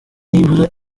nibura